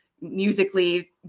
musically